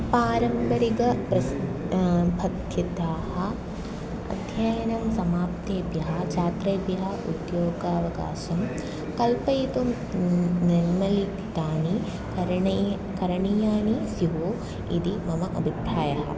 पारम्परिक प्रस् पद्धत्या अध्ययनं समाप्तेभ्यः छात्रेभ्यः उद्योगावकाशं कल्पयितुं निर्मलितानि करणे करणीयानि स्युः इति मम अभिप्रायः